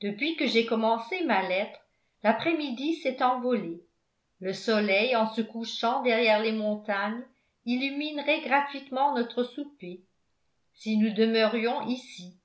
depuis que j'ai commencé ma lettre l'après-midi s'est envolé le soleil en se couchant derrière les montagnes illuminerait gratuitement notre souper si nous demeurions ici